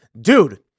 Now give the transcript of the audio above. Dude